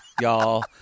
Y'all